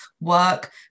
work